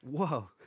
Whoa